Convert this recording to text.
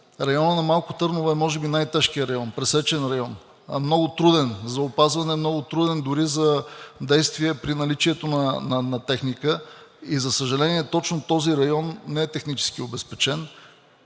районът на Малко Търново е може би най-тежкият район – пресечен район, много труден за опазване, много труден дори за действия при наличието на техника. И за съжаление, точно този район не е технически обезпечен.